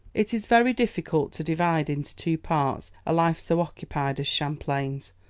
it is very difficult to divide into two parts a life so occupied as champlain's.